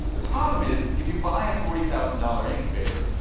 the problem is, if you buy a forty thousand dollars incubator,